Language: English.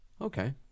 Okay